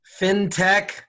fintech